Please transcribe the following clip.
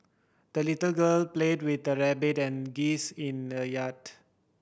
the little girl played with her rabbit and geese in the yard